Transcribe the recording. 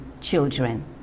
children